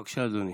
בבקשה, אדוני,